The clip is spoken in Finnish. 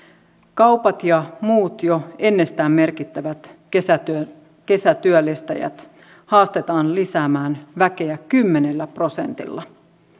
kaupat ja muut jo ennestään merkittävät kesätyöllistäjät haastetaan lisäämään väkeä kymmenellä prosentilla